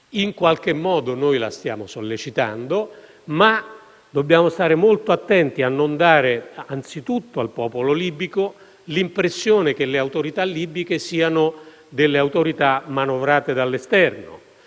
In qualche modo la stiamo sollecitando, ma dobbiamo stare molto attenti a non dare, anzitutto al popolo libico, l'impressione che le autorità libiche siano delle autorità manovrate dall'esterno.